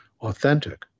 authentic